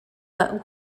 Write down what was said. but